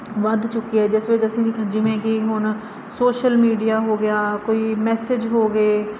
ਵੱਧ ਚੁੱਕੀ ਹੈ ਜਿਸ ਵਿੱਚ ਅਸੀਂ ਜਿਵੇਂ ਕਿ ਹੁਣ ਸੋਸ਼ਲ ਮੀਡੀਆ ਹੋ ਗਿਆ ਕੋਈ ਮੈਸੇਜ ਹੋ ਗਏ